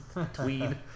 Tweed